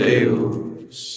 Deus